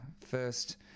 first